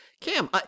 Cam